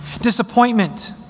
disappointment